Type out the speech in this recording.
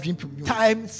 Time